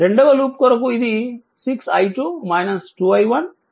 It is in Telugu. రెండవ లూప్ కొరకు ఇది 6 i 2 2 i 1 3 i 0